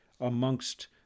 amongst